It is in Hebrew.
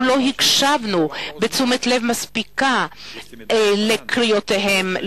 אנחנו לא הקשבנו בתשומת לב מספיקה לקריאותיהם לתמורה.